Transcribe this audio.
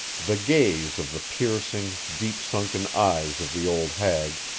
the gaze of the piercing, deep-sunken eyes of the old hag,